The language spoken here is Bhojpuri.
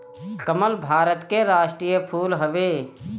कमल भारत के राष्ट्रीय फूल हवे